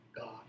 God